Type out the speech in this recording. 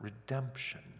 redemption